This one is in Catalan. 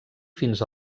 fins